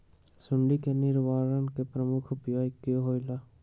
सुडी के निवारण के प्रमुख उपाय कि होइला?